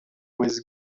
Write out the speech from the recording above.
was